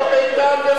לא ביתם ולא מולדתם,